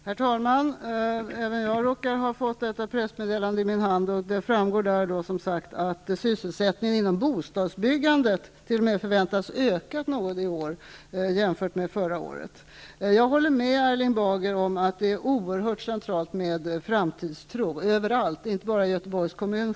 Herr talman! Även jag råkar ha fått detta pressmeddelande i min hand, och det framgår av det att sysselsättningen inom bostadsbyggandet jämfört med förra året t.o.m. väntas öka något i år. Jag håller med Erling Bager om att det är oerhört centralt med framtidstro -- överallt, självfallet inte bara i Göteborgs kommun.